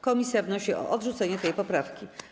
Komisja wnosi o odrzucenie tej poprawki.